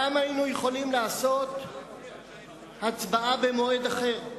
פעם היינו יכולים לעשות הצבעה במועד אחר.